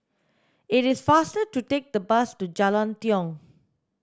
it is faster to take the bus to Jalan Tiong